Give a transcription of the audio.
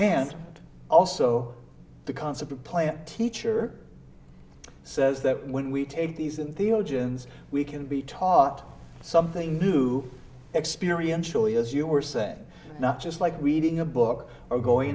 and also the concept of plant teacher says that when we take these in theologians we can be taught something new experience really as you were saying not just like reading a book or going